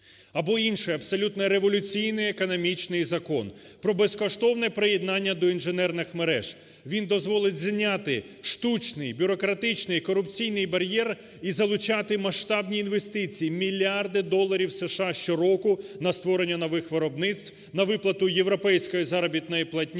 Або інший абсолютно революційний економічний Закон про безкоштовне приєднання до інженерних мереж. Він дозволить зняти штучний, бюрократичний, корупційний бар'єр і залучати масштабні інвестиції мільярди доларів США щороку на створення нових виробництв, на виплату європейської заробітної платні,